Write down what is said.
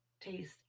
taste